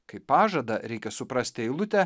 kaip pažadą reikia suprasti eilutę